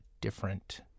different